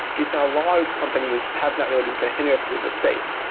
these kind of large companies have not really been kind of interested in this space.